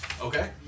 Okay